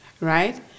Right